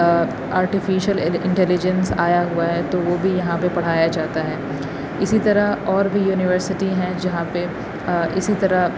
artificial intelligence آیا ہوا ہے تو وہ بھی یہاں پہ پڑھایا جاتا ہے اسی طرح اور بھی یونیورسٹی ہیں جہاں پہ اسی طرح